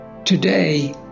Today